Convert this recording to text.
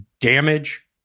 damage